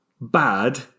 bad